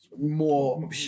more